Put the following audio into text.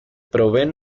proveen